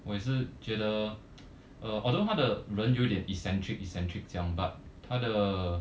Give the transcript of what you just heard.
我也是觉得 uh although 他的人有点 eccentric eccentric 这样 but 他的